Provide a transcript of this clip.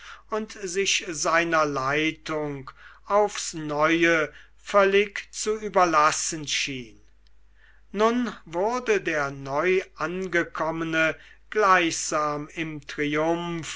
und sich seiner leitung aufs neue völlig zu überlassen schien nun wurde der neuangekommene gleichsam im triumph